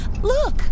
Look